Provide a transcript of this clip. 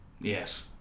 Yes